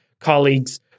colleagues